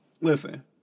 Listen